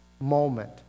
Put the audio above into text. moment